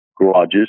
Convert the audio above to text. garages